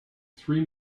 three